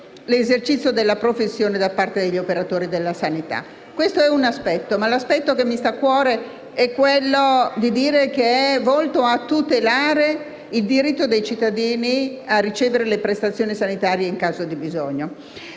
l'esercizio della professione da parte degli operatori della sanità. Questo è un aspetto; ma l'aspetto che mi sta più a cuore è il fatto che esso è volto a tutelare il diritto dei cittadini a ricevere le prestazioni sanitarie in caso di bisogno,